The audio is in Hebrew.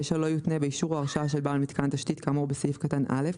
לא יותנה באישור או הרשאה של בעל מיתקן תשתית כאמור בסעיף קטן (א),